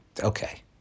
Okay